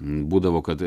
būdavo kad